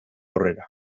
aurrera